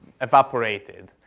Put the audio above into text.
evaporated